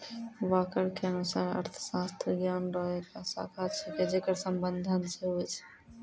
walker के अनुसार अर्थशास्त्र ज्ञान रो एक शाखा छिकै जेकर संबंध धन से हुवै छै